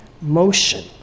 motion